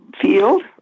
field